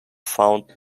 found